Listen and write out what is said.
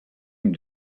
him